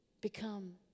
Become